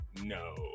No